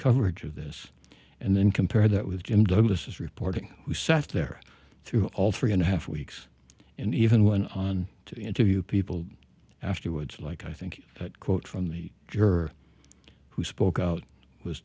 coverage of this and then compare that with jim douglas reporting we sat there through all three and a half weeks and even went on to interview people afterwards like i think that quote from the jerk who spoke out was